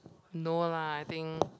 no lah I think